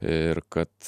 ir kad